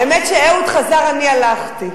האמת, כשאהוד חזר, אני הלכתי.